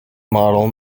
model